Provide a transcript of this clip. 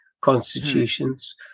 constitutions